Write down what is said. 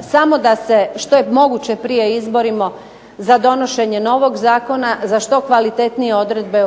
samo da se što je moguće prije izborimo za donošenje novog zakona, za što kvalitetnije odredbe